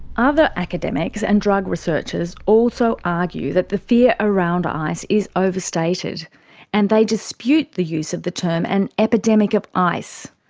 other academics and drug researchers also argue that the fear around ice is overstated and they dispute the use of the term an epidemic of ice.